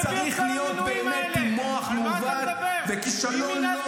אתה צריך באמת להיות עם מוח מעוות וכישלון לוגי -- על מה אתה מדבר?